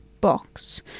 box